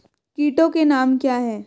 कीटों के नाम क्या हैं?